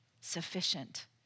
sufficient